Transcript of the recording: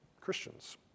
Christians